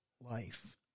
life